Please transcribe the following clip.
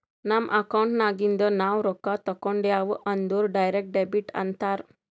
ನಮ್ ಅಕೌಂಟ್ ನಾಗಿಂದ್ ನಾವು ರೊಕ್ಕಾ ತೇಕೊಂಡ್ಯಾವ್ ಅಂದುರ್ ಡೈರೆಕ್ಟ್ ಡೆಬಿಟ್ ಅಂತಾರ್